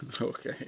Okay